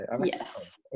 Yes